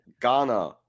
Ghana